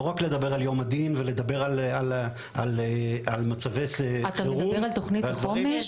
לא רק לדבר על יום הדין ועל מצבי חירום --- אתה מדבר על תוכנית החומש?